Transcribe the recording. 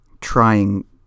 trying